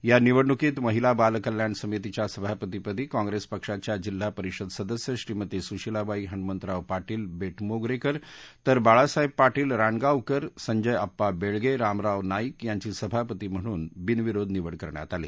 या निवडणूकीत महिला बाल कल्याण समितीच्या सभापती पदी काँग्रेस पक्षाच्या जिल्हा परिषद सदस्य श्रीमती सुशिलाबाई हणमंतराव पाटील बेटमोगरेकर तर बाळासाहेब पाटील रावनगावकर संजय अप्पा बेळगे रामराव नाईक यांची सभापती म्हणून बिनविरोध निवड करण्यात आली